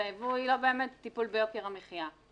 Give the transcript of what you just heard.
הייבוא היא לא באמת טיפול ביוקר המחיה.